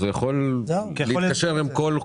אז הוא יכול להתקשר עם כל קופה שהוא חפץ?